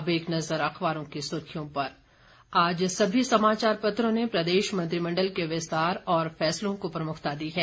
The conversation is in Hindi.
अब एक नज़र अखबारों की सुर्खियों पर आज सभी समाचार पत्रों ने प्रदेश मंत्रिमंडल के विस्तार और फैसलों को प्रमुखता दी है